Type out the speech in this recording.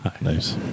Nice